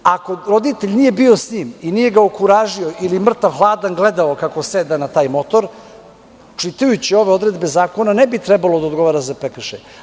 Ako roditelj nije bio s njim i nije ga okuražio ili mrtav hladan gledao kako seda na taj motor, čitajući ove odredbe zakona ne bi trebalo da odgovara za prekršaj.